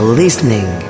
listening